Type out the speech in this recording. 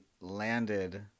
landed